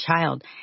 child